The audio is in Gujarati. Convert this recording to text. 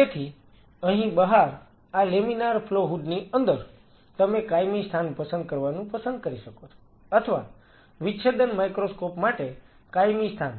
તેથી અહીં બહાર આ લેમિનાર ફ્લો હૂડ ની અંદર તમે કાયમી સ્થાન પસંદ કરવાનું પસંદ કરી શકો છો અથવા વિચ્છેદન માઇક્રોસ્કોપ માટે કાયમી સ્થાન